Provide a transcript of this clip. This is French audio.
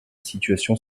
situation